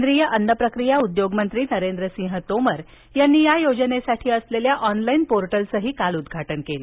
केंद्रीय अन्न प्रक्रिया उद्योग मंत्री नरेंद्र सिंह तोमर यांनी या योजनेसाठी ऑनलाईन पोर्टलचं ही काल उद्घाटन केलं